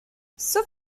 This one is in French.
sauf